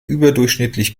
überdurchschnittlich